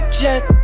jet